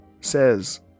says